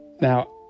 Now